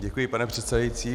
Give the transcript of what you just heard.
Děkuji, pane předsedající.